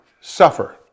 suffer